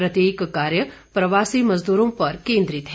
प्रत्येक कार्य प्रवासी मजदूरों पर केंद्रित है